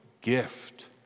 gift